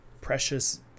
precious